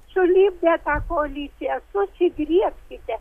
sulipę į tą koaliciją susigriebkite